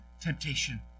temptation